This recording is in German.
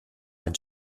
ins